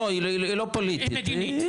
לא, היא לא פוליטית --- היא מדינית, מדינית.